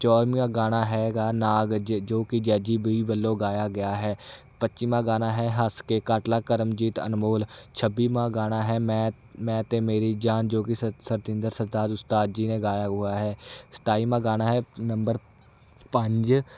ਚੌਵੀਵਾਂ ਗਾਣਾ ਹੈਗਾ ਨਾਗ ਜ ਜੋ ਕਿ ਜੈਜੀ ਬੀ ਵੱਲੋਂ ਗਾਇਆ ਗਿਆ ਹੈ ਪੱਚੀਵਾਂ ਗਾਣਾ ਹੈ ਹੱਸ ਕੇ ਕੱਟ ਲਾ ਕਰਮਜੀਤ ਅਨਮੋਲ ਛੱਬੀਵਾਂ ਗਾਣਾ ਹੈ ਮੈਂ ਮੈਂ ਅਤੇ ਮੇਰੀ ਜਾਨ ਜੋ ਕਿ ਸ ਸਤਿੰਦਰ ਸਰਤਾਜ ਉਸਤਾਦ ਜੀ ਨੇ ਗਾਇਆ ਗੁਆ ਹੈ ਸਤਾਈਵਾਂ ਗਾਣਾ ਹੈ ਨੰਬਰ ਪੰਜ